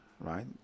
right